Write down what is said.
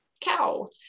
cow